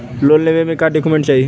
Loan लेवे मे का डॉक्यूमेंट चाही?